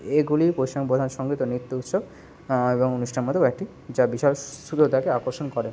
এগুলি পশ্চিমবঙ্গের পোধান সঙ্গীত ও নিত্য উৎসব এবং অনুষ্ঠান মধ্যে কয়েকটি যা বিশাল শ্রোতাকে আকর্ষণ করে